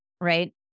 right